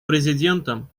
президентом